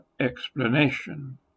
explanation